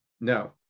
No